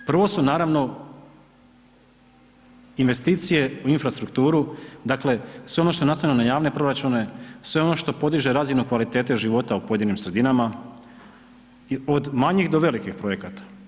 Prvo su naravno investicije u infrastrukturu, dakle sve ono što je naslonjeno na javne proračune, sve ono što podiže razinu kvalitete života u pojedinim sredinama od manjih do velikih projekata.